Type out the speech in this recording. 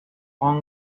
pop